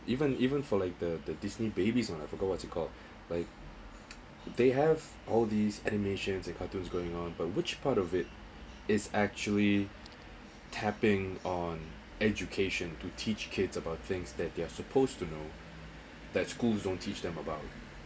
even even for like the the disney babies one I forgot what's it called like they have all these animations and cartoons going on but which part of it is actually tapping on education to teach kids about things that they're supposed to know that schools don't teach them about